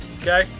okay